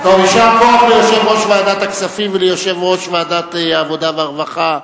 יישר כוח ליושב-ראש ועדת הכספים וליושב-ראש ועדת העבודה והרווחה,